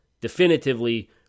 definitively